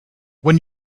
when